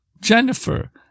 Jennifer